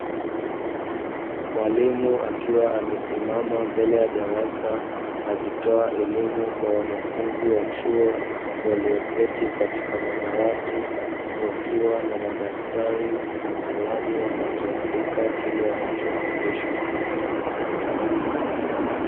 Mwalimu akiwa amesimama mbele ya darasa akitoa elimu kwa wanafunzi wa chuo walioketi katika madawati wakiwa na madaftari na kalamu wanaandika kile wanachofundishwa.